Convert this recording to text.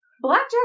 Blackjack